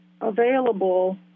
available